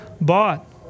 bought